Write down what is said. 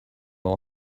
all